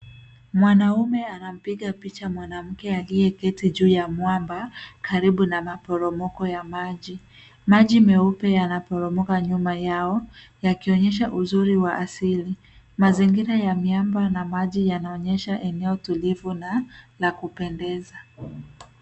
Mwanaume anampiga picha mwanamke aliyeketi juu ya mwamba karibu na maporomoko ya maji. Maji meupe yanaporomoka nyuma yao yakionyesha uzuri wa asili. Mazingira ya miamba na maji yanaonyesha eneo tulivu na la kupendeza.